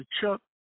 Chuck